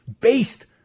based